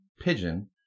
Pigeon